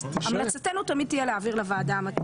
המלצתנו תמיד תהיה להעביר לוועדה המתאימה.